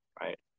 right